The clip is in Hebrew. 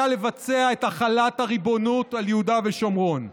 לבצע את החלת הריבונות על יהודה ושומרון.